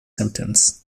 symptoms